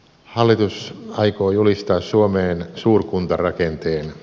hallitus aikoo julistaa suomeen suurkuntarakenteen